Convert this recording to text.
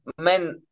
men